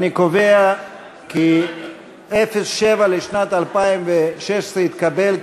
אני קובע כי סעיף 07 לשנת 2016 התקבל,